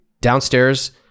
downstairs